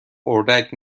اردک